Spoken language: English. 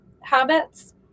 habits